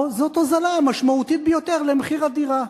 זאת הוזלה משמעותית ביותר של מחיר הדירה.